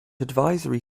advisory